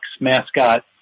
mascot